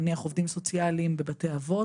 נניח עובדים סוציאליים בבתי אבות,